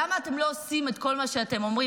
למה אתם לא עושים את כל מה שאתם אומרים,